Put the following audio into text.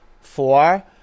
Four